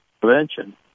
prevention